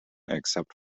except